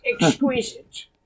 Exquisite